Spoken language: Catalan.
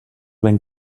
ben